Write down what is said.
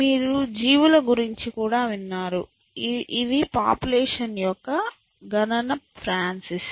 మీరు జీవుల గురించి కూడా విన్నారు ఇవి పాపులేషన్ యొక్క గణన ఫ్రాన్సిస్